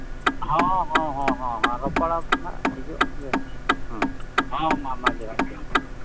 ᱦᱚᱸ ᱦᱚᱸ ᱦᱚᱸ ᱦᱚᱸ ᱨᱚᱯᱚᱲ ᱟᱵᱚᱱ ᱱᱟᱦᱟᱜ ᱦᱤᱡᱩᱜ ᱵᱮᱱ ᱦᱚᱸ ᱢᱟ ᱢᱟ ᱡᱚᱦᱟᱨ ᱡᱚᱦᱟᱨ